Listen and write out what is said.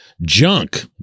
junk